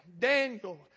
Daniel